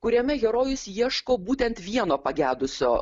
kuriame herojus ieško būtent vieno pagedusio